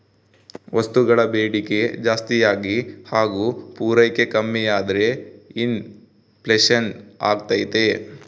ವಸ್ತುಗಳ ಬೇಡಿಕೆ ಜಾಸ್ತಿಯಾಗಿ ಹಾಗು ಪೂರೈಕೆ ಕಮ್ಮಿಯಾದ್ರೆ ಇನ್ ಫ್ಲೇಷನ್ ಅಗ್ತೈತೆ